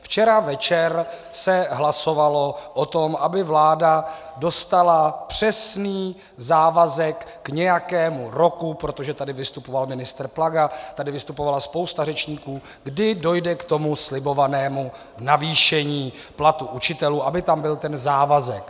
Včera večer se hlasovalo o tom, aby vláda dostala přesný závazek k nějakému roku protože tady vystupoval ministr Plaga, tady vystupovala spousta řečníků , kdy dojde k tomu slibovanému navýšení platu učitelů, aby tam byl ten závazek.